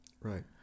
Right